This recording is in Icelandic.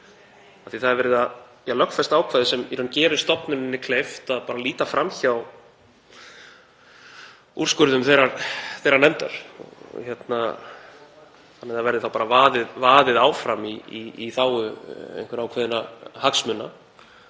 að það er verið að lögfesta ákvæði sem gerir stofnuninni kleift að líta fram hjá úrskurðum þeirrar nefndar, þannig að það verði þá bara vaðið áfram í þágu einhverra ákveðinna hagsmuna